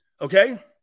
Okay